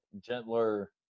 gentler